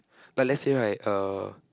but let say right uh